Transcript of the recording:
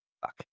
Fuck